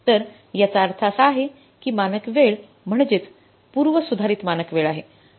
तर याचा अर्थ असा आहे की मानक वेळ म्हणजेच पूर्व सुधारित मानक वेळ आहे 2000 तास